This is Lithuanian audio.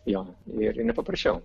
jo ir nepaprašiau